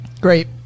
great